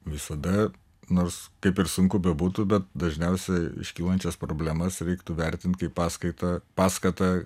visada nors kaip ir sunku bebūtų bet dažniausiai iškylančias problemas reiktų vertint kaip paskaita paskatą